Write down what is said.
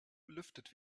belüftet